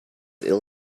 ill